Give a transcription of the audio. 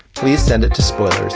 please send it to splinter's.